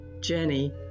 Jenny